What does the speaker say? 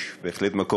יש בהחלט מקום,